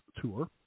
tour